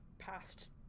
past